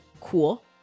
cool